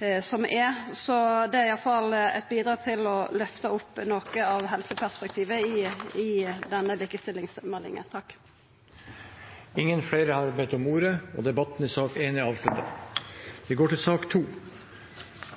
Det er i alle fall eit bidrag til å løfta helseperspektivet i denne likestillingsmeldinga. Flere har ikke bedt om ordet til sak nr. 1. Etter ønske fra familie- og kulturkomiteen vil presidenten foreslå at taletiden blir begrenset til